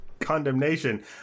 condemnation